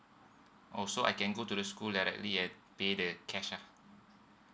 oh so I can go to the school directly and pay the cash ah